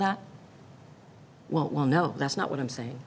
that won't well no that's not what i'm saying